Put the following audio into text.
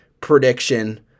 prediction